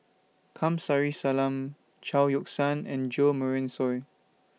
Kamsari Salam Chao Yoke San and Jo Marion Seow